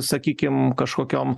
sakykim kažkokiom